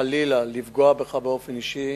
חלילה, לפגוע בך באופן אישי,